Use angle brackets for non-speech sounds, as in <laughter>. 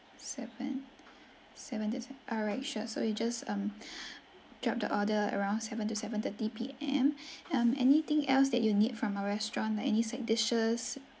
seven seven alright sure so we'll just um <breath> drop the order around seven to seven thirty P_M um anything else that you'll need from our restaurant any side dishes